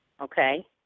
okay